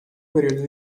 periodo